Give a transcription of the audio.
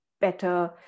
better